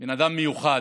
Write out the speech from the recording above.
הוא בן אדם מיוחד,